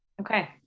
Okay